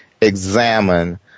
examine